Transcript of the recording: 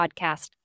podcast